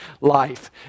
Life